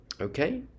okay